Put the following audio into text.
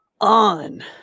on